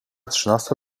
trzynasta